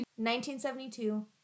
1972